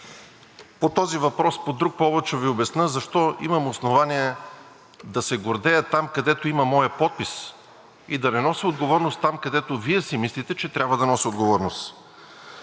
По този въпрос по друг повод ще Ви обясня защо имам основание да се гордея там, където има моя подпис, и да не нося отговорност там, където Вие си мислите, че трябва да нося отговорност.